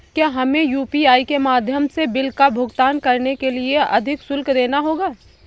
क्या हमें यू.पी.आई के माध्यम से बिल का भुगतान करने के लिए अधिक शुल्क देना होगा?